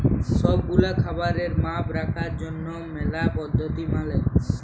সব গুলা খাবারের মাপ রাখার জনহ ম্যালা পদ্ধতি মালে